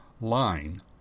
Line